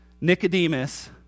Nicodemus